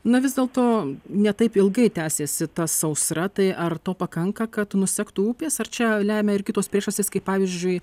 na vis dėlto ne taip ilgai tęsėsi ta sausra tai ar to pakanka kad nusektų upės ar čia lemia ir kitos priežastys kaip pavyzdžiui